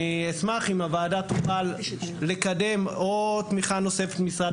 אשמח אם הוועדה תוכל לקדם תמיכה נוספת ממשרד